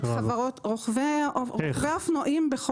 רוכבי האופנועים.